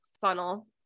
funnel